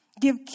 give